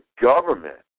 government